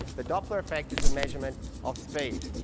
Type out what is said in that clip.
the doppler effect is a measurement of speed,